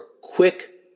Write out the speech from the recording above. quick